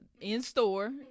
in-store